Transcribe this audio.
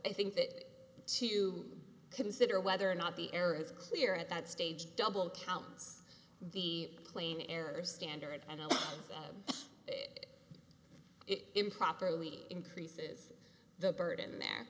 i think that to consider whether or not the air is clear at that stage double counts the plain error standard and it improperly increases the burden there